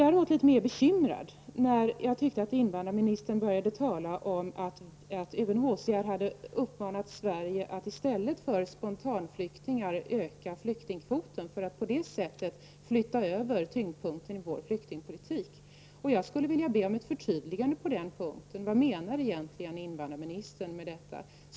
Jag blev ännu mera bekymrad när invandrarministern, som jag uppfattade det, började tala om att UNHCR hade uppmanat Sverige att i stället för att rikta in sig på spontanflyktingar öka flyktingkvoten för att på det sättet flytta tyngdpunkten i vår flyktingpolitik. Jag skulle vilja be om ett förtydligande på den punkten: Vad menar egentligen invandrarministern med detta?